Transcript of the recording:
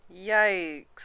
Yikes